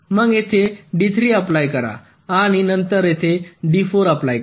मग येथे D3 apply करा आणि नंतर येथे D4 अप्लाय करा